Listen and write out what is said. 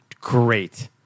great